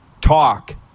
talk